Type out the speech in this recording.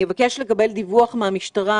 אבקש לקבל דיווח מן המשטרה,